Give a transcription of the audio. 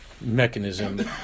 mechanism